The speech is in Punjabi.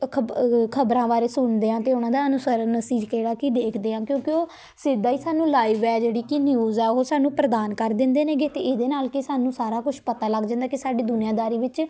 ਅ ਖਬ ਖ਼ਬਰਾਂ ਬਾਰੇ ਸੁਣਦੇ ਹਾਂ ਅਤੇ ਉਹਨਾਂ ਦੇ ਅਨੁਸਰਨ ਅਸੀਂ ਜਿਹੜਾ ਕਿ ਦੇਖਦੇ ਹਾਂ ਕਿਉਂਕਿ ਉਹ ਸਿੱਧਾ ਹੀ ਸਾਨੂੰ ਲਾਈਵ ਹੈ ਜਿਹੜੀ ਕਿ ਨਿਊਜ਼ ਹੈ ਉਹ ਸਾਨੂੰ ਪ੍ਰਦਾਨ ਕਰ ਦਿੰਦੇ ਨੇਗੇ ਅਤੇ ਇਹਦੇ ਨਾਲ ਕੀ ਹੈ ਸਾਨੂੰ ਸਾਰਾ ਕੁਛ ਪਤਾ ਲੱਗ ਜਾਂਦਾ ਹੈ ਕਿ ਸਾਡੀ ਦੁਨੀਆ ਦਾਰੀ ਵਿੱਚ